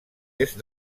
est